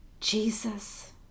Jesus